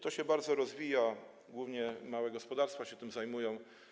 To się bardzo rozwija, głównie małe gospodarstwa się tym zajmują.